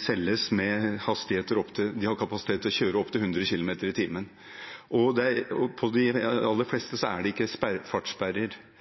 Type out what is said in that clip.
selges de med kapasitet til å kjøre opp til 100 km/t. På de aller fleste er det ikke fartssperrer, slik jeg forstår det. Jeg ser at forhandlere har sagt til Avisa Oslo at de ikke kan selge med fartssperre, for da taper de i konkurransen om salget, og det